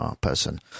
person